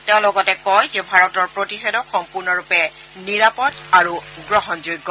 তেওঁ লগতে কয় যে ভাৰতৰ প্ৰতিষেধক সম্পূৰ্ণৰূপে নিৰাপদ আৰু গ্ৰহণযোগ্য